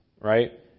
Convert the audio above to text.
right